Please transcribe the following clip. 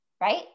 right